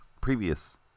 previous